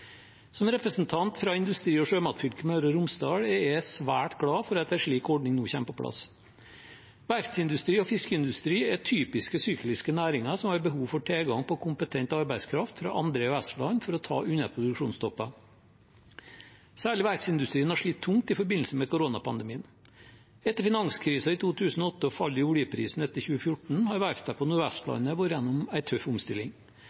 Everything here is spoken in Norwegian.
Som representant fra industri- og sjømatfylket Møre og Romsdal er jeg svært glad for at en slik ordning nå kommer på plass. Verftsindustri og fiskeindustri er typiske sykliske næringer som har behov for tilgang på kompetent arbeidskraft fra andre EØS-land for å ta unna produksjonstopper. Særlig verftsindustrien har slitt tungt i forbindelse med koronapandemien. Etter finanskrisen i 2008 og fallet i oljeprisen etter 2014 har verftene på Nord-Vestlandet vært gjennom en tøff omstilling.